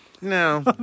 No